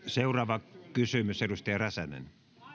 seuraava kysymys edustaja räsänen